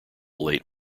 late